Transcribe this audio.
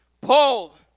Paul